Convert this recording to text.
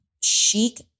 chic